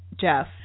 Jeff